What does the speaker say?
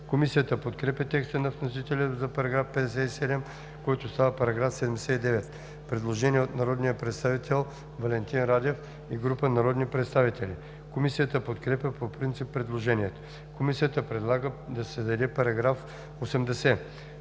Комисията подкрепя текста на вносителя за § 57, който става § 79. Предложение от народния представител Валентин Радев и група народни представители. Комисията подкрепя по принцип предложението. Комисията предлага да се създаде § 80: „§ 80.